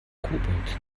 kobold